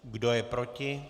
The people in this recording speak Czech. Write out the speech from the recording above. Kdo je proti?